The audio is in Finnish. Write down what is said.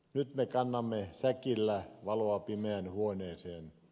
nyt me kannamme säkillä valoa pimeään huoneeseen